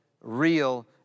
real